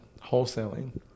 wholesaling